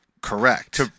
correct